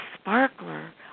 sparkler